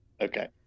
Okay